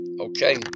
Okay